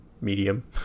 medium